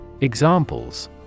Examples